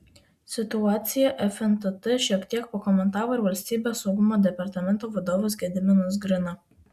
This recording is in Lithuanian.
situaciją fntt šiek tiek pakomentavo ir valstybės saugumo departamento vadovas gediminas grina